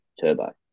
Turbo